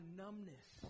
numbness